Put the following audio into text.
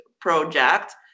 project